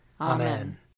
Amen